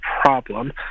problem